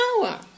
power